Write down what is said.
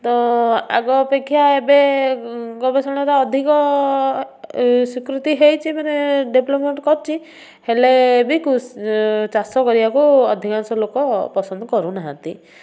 ତ ଆଗ ଅପେକ୍ଷା ଏବେ ଗବେଷଣା ତ ଅଧିକ ସ୍ୱୀକୃତି ହେଇଛି ମାନେ ଡେଭଲପମେଣ୍ଟ କରିଛି ହେଲେ ବି ଚାଷ କରିବାକୁ ଅଧିକାଂଶ ଲୋକ ପସନ୍ଦ କରୁନାହାନ୍ତି